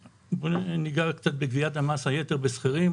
ניגע קצת בגביית מס היתר בשכירים.